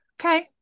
Okay